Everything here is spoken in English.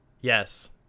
Yes